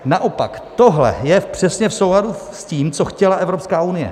Naopak tohle je přesně v souladu s tím, co chtěla Evropská unie.